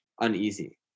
uneasy